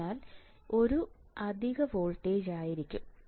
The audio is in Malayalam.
അതിനാൽ ഒരു അധിക വോൾട്ടേജ് ആയിരിക്കും